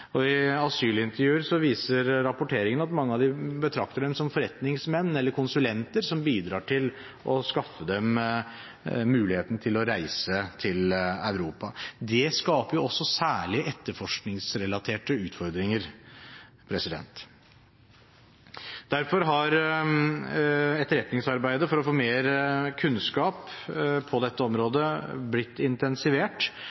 I asylintervjuer viser rapporteringene at mange betrakter dem som forretningsmenn eller konsulenter som bidrar til å skaffe muligheter til å reise til Europa. Det skaper særlige etterforskningsrelaterte utfordringer. Derfor har etterretningsarbeidet for å få mer kunnskap på dette